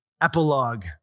epilogue